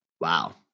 Wow